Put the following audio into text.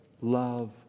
love